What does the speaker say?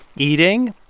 eating,